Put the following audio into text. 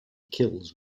kills